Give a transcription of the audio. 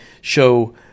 show